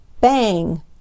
Bang